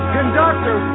Conductor